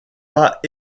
pas